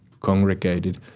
congregated